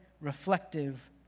reflective